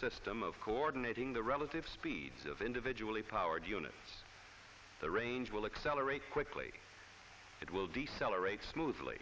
system of coordinates in the relative speeds of individually powered units the range will accelerate quickly it will decelerate smoothly